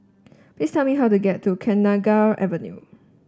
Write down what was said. please tell me how to get to Kenanga Avenue